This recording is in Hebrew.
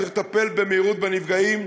צריך לטפל במהירות בנפגעים,